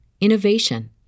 innovation